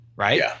right